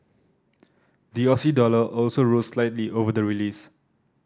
the Aussie dollar also rose slightly over the release